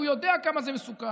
והוא יודע כמה זה מסוכן.